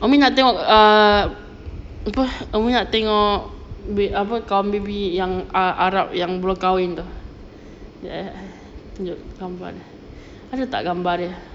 umi nak tengok err apa umi nak tengok err kawan baby yang ah arab yang baru kahwin tu sekejap eh tunjuk gambar dia ada tak gambar dia